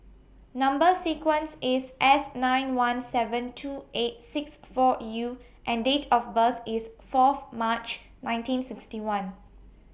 Number sequence IS S nine one seven two eight six four U and Date of birth IS Fourth March nineteen sixty one